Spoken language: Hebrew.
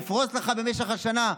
נפרוס לך במשך השנה.